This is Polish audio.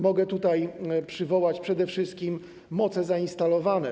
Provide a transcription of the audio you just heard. Mogę tutaj przywołać przede wszystkim moce zainstalowane.